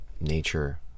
nature